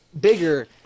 bigger